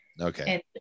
okay